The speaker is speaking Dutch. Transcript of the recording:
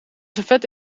servet